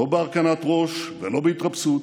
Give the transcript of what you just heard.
לא בהרכנת ראש ולא בהתרפסות,